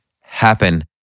happen